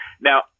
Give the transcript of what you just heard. Now